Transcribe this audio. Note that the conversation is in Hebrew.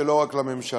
ולא רק לממשלה,